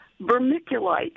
vermiculite